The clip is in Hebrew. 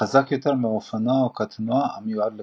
וחזק יותר מאופנוע או קטנוע המיועד לכביש.